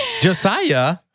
Josiah